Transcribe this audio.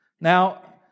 Now